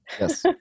yes